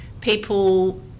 people